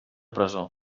presó